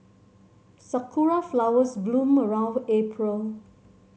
sakura flowers bloom around April